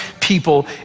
people